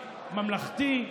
ממלכתי,